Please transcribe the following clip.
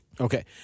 Okay